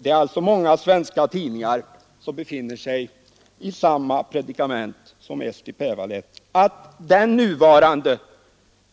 Det är många svenska tidningar som befinner sig i samma predikament som Eesti Päevaleht, nämligen att det nuvarande